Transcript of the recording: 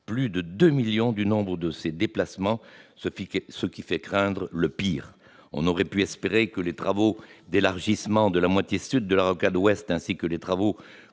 plus de 2 millions, du nombre de ces déplacements, ce qui fait craindre le pire. On aurait pu espérer que les travaux d'élargissement de la moitié sud de la rocade ouest, ainsi que les travaux